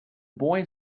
boy